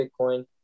Bitcoin